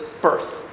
birth